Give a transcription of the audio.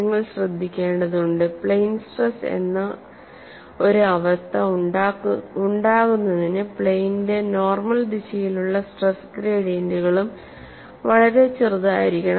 നിങ്ങൾ ശ്രദ്ധിക്കേണ്ടതുണ്ട് plane stress എന്ന ഒരു അവസ്ഥ ഉണ്ടാകുന്നതിന്പ്ലെയ്നിന്റെ നോർമൽ ദിശയിലുള്ള സ്ട്രെസ് ഗ്രേഡിയന്റുകളും വളരെ ചെറുതായിരിക്കണം